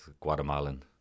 Guatemalan